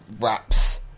wraps